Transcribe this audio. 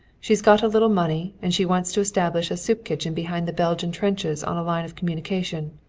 she's got a little money, and she wants to establish a soup kitchen behind the belgian trenches on a line of communication.